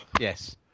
Yes